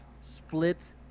split